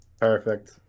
Perfect